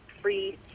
free